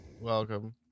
Welcome